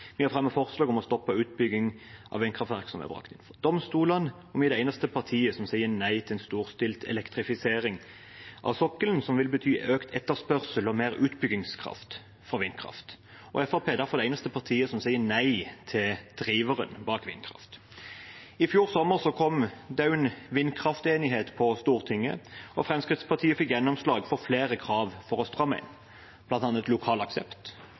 Vi har fremmet forslag om å stoppe utbygging av vindkraftverk som er brakt inn for domstolene, og vi er det eneste partiet som sier nei til en storstilt elektrifisering av sokkelen, som vil bety økt etterspørsel og mer utbyggingskraft for vindkraft. Fremskrittspartiet er derfor det eneste partiet som sier nei til driveren bak vindkraft. I fjor sommer kom det også en vindkraftenighet på Stortinget, og Fremskrittspartiet fikk gjennomslag for flere krav om å stramme inn, bl.a. lokal aksept,